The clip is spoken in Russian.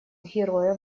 героя